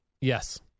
Yes